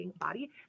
body